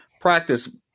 Practice